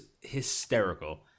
hysterical